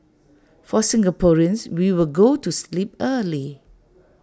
for Singaporeans we will go to sleep early